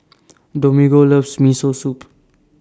Domingo loves Miso Soup